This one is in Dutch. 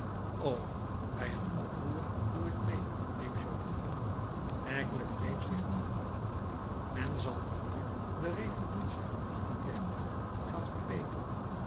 o bij het oproer doe ik mee riep joly laigle wreef zich de handen men zal dan nu de revolutie van gaan verbeteren